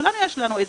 לכולנו יש את זה.